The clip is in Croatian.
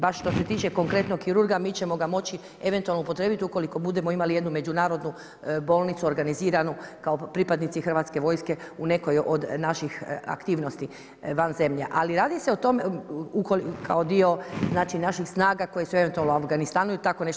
Baš što se tiče konkretnog kirurga mi ćemo ga moći eventualno upotrijebiti ukoliko budemo imali jednu međunarodnu bolnicu organiziranu kao pripadnici hrvatske vojske u nekoj od naših aktivnosti van zemlje, ali radi se o tom kao dio naših snaga koje su eventualno u Afganistanu i tako nešto.